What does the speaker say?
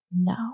No